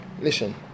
listen